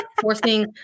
forcing